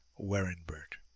werinbert.